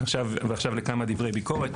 ועכשיו, לכמה דברי ביקורת.